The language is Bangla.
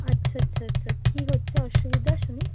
আচ্ছা আচ্ছা আচ্ছা কী হচ্ছে অসুবিধা শুনি